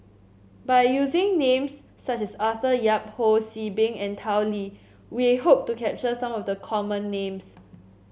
by using names such as Arthur Yap Ho See Beng and Tao Li we hope to capture some of the common names